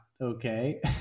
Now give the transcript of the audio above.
okay